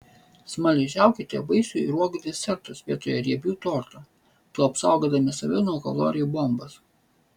smaližiaukite vaisių ir uogų desertus vietoj riebių tortų tuo apsaugodami save nuo kalorijų bombos